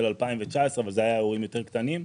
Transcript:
2019 אבל אלה היו אירועים יותר קטנים.